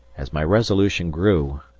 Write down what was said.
as my resolution grew,